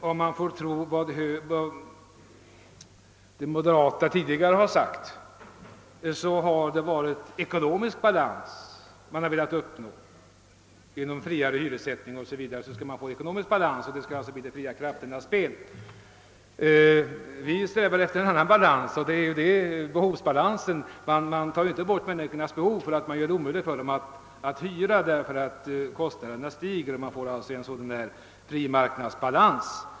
Får man tro vad de moderata tidigare framhållit är det ekonomisk balans som man velat uppnå genom friare hyressättning o. s. v. Man har alltså önskat ett de fria krafternas spel. Vi strävar emellertid efter en annan balans, behovsbalansen, eftersom man inte tar bort människornas behov när det blir omöjligt för dem att hyra på grund av kostnadernas stegring vid fri marknadsbalans.